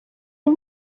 সেই